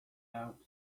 out